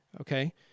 okay